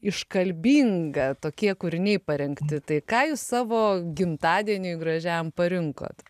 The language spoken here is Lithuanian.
iškalbinga tokie kūriniai parengti tai ką jūs savo gimtadieniui gražiam parinkot